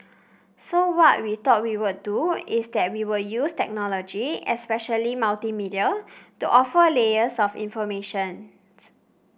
so what we thought we would do is that we will use technology especially multimedia to offer layers of informations